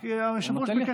כי היושב-ראש ביקש, מה?